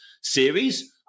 series